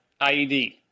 IED